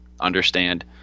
understand